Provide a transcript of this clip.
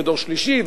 ודור שלישי,